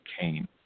cane